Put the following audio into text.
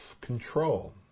control